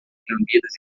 reunidas